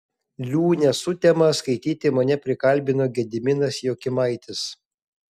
liūnę sutemą skaityti mane prikalbino gediminas jokimaitis